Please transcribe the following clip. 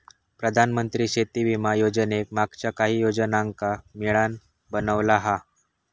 प्रधानमंत्री शेती विमा योजनेक मागच्या काहि योजनांका मिळान बनवला हा